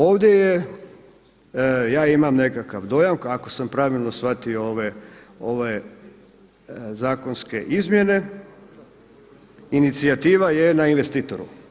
Ovdje je, ja imam nekakav dojam ako sam pravilno shvatio ove zakonske izmjene inicijativa je na investitoru.